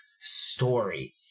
story